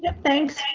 and thanks